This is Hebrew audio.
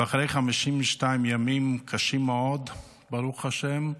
ואחרי 52 ימים קשים מאוד, ברוך השם,